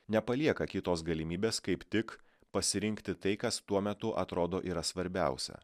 nepalieka kitos galimybės kaip tik pasirinkti tai kas tuo metu atrodo yra svarbiausia